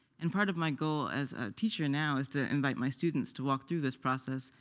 and part of my goal as a teacher now is to invite my students to walk through this process,